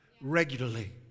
regularly